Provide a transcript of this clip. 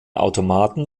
automaten